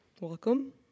welcome